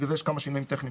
לכן יש כמה שינויים טכניים.